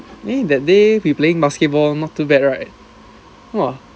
eh that day we playing basketball not too bad right !wah!